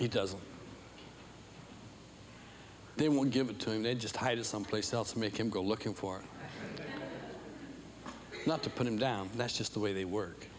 he doesn't they won't give it to him they just hide it someplace else make him go looking for not to put him down that's just the way they work